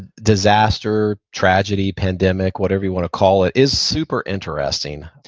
disaster, tragedy, pandemic, whatever you wanna call it, is super interesting.